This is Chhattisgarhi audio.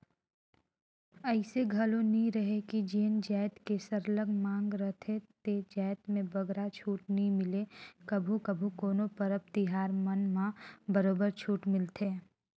अइसे घलो नी रहें कि जेन जाएत के सरलग मांग रहथे ते जाएत में बगरा छूट नी मिले कभू कभू कोनो परब तिहार मन म बरोबर छूट मिलथे